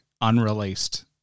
unreleased